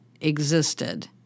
existed